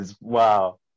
Wow